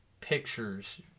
pictures